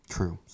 True